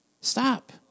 Stop